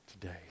today